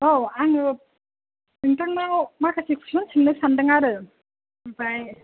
औ आङो नोंथांनाव माखासे कुइसन सोंनो सानदों आरो ओमफाय